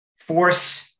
force